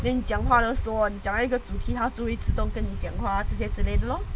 连讲话都说你讲到一个主题拿主意一直都跟你讲话这些之类的 lor